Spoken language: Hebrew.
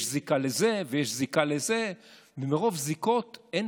יש זיקה לזה ויש זיקה לזה ומרוב זיקות אין